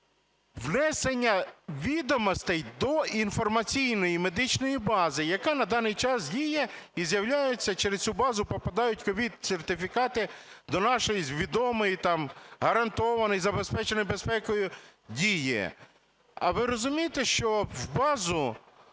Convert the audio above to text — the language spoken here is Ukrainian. внесення відомостей до інформаційної медичної бази, яка на даний час діє і з'являються, через цю базу попадають COVID-сертифікати до нашої відомої там, гарантованої, забезпеченої безпекою, Дії. А ви розумієте, що в базу